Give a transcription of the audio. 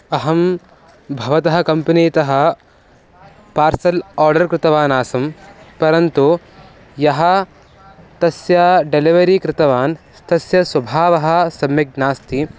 अहं भवतः कम्पनीतः पार्सल् आर्ड्र कृतवान् आसम् परन्तु यः तस्य डेलिवरी कृतवान् तस्य स्वभावः सम्यक् नास्ति